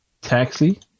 Taxi